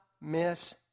miss